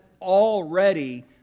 already